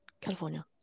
California